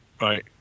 right